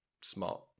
smart